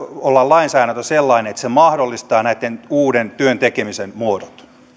olla lainsäädännön sellainen että se mahdollistaa nämä uudet työn tekemisen muodot